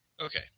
Okay